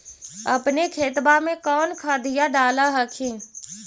अपने खेतबा मे कौन खदिया डाल हखिन?